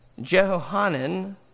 Jehohanan